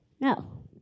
No